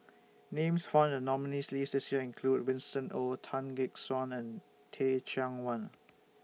Names found in The nominees' list This Year include Winston Oh Tan Gek Suan and Teh Cheang Wan